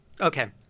Okay